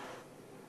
נא לסיים.